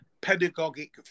pedagogic